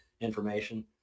information